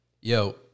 yo